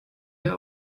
der